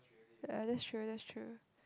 uh that's true that's true